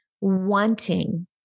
wanting